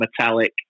metallic